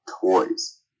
toys